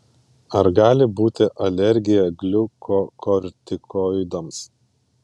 ar gali būti alergija gliukokortikoidams